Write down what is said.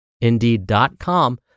indeed.com